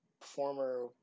former